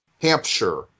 Hampshire